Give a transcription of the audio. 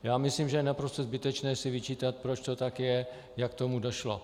Já myslím, že je naprosto zbytečné si vyčítat, proč to tak je, jak k tomu došlo.